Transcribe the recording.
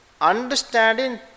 understanding